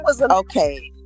Okay